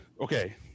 Okay